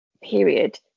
period